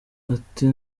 ati